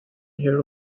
hair